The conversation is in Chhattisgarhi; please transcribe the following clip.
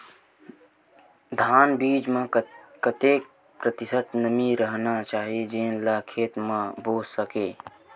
धान बीज म कतेक प्रतिशत नमी रहना चाही जेन ला खेत म बो सके?